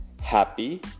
happy